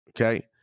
Okay